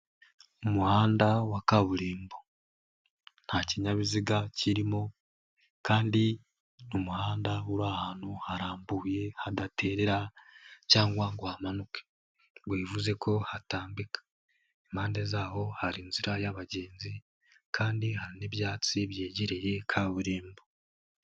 Umuhanda wa kaburimbo nta kinyabiziga kirimo kandi ni umuhanda uri ahantu harambuye hadaterera cyangwa ngo hamanuke, ubwo bivuze ko hatambika, impande z'aho hari inzira y'abagenzi kandi n'ibyatsi byegereye kaburimbo.